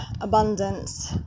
abundance